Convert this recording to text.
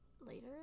later